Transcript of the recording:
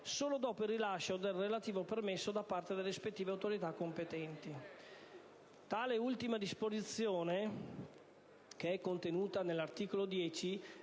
solo dopo il rilascio del relativo permesso da parte delle rispettive autorità competenti. Tale ultima disposizione, contenuta all'articolo 10,